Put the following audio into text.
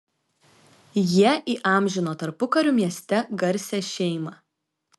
jie įamžino tarpukariu mieste garsią šeimą